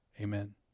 amen